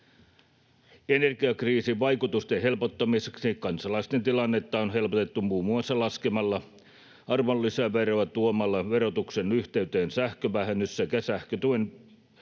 Energiakriisin vaikutusten helpottamiseksi kansalaisten tilannetta on helpotettu muun muassa laskemalla arvonlisäveroa ja tuomalla verotuksen yhteyteen sähkövähennys sekä sähkötuki